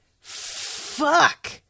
Fuck